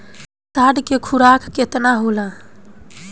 साढ़ के खुराक केतना होला?